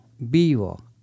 VIVO